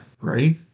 Right